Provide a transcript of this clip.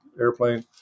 airplane